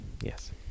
Yes